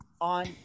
on